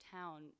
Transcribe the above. town